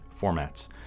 formats